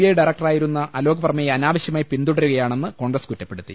I ഡയറക്ടറായിരുന്ന അലോക് വർമ്മയെ അനാവശ്യമായി പിന്തുടരുകയാണെന്ന് കോൺഗ്രസ് കുറ്റപ്പെടുത്തി